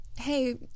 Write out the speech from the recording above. hey